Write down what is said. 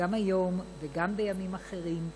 גם היום וגם בימים אחרים,